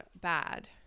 bad